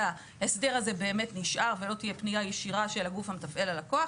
וההסדר הזה באמת נשאר ולא תהיה פנייה ישירה של הגוף המתפעל ללקוח.